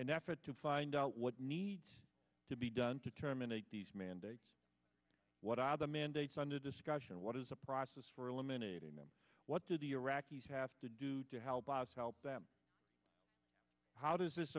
an effort to find out what needs to be done to terminate these mandates what are the mandates under discussion what is a process for eliminating them what do the iraqis have to do to help us help them how does this